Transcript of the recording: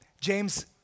James